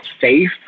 safe